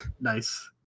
nice